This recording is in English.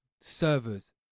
servers